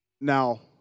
Now